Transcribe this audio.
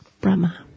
Brahma